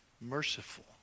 merciful